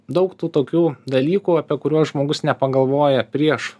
daug tų tokių dalykų apie kuriuos žmogus nepagalvoja prieš